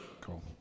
Cool